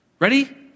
Ready